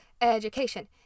Education